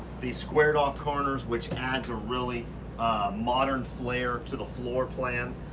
the squared off corners which adds a really modern flare to the floor plan.